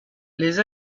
les